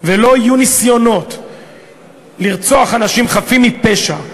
ולא יהיו ניסיונות לרצוח אנשים חפים מפשע,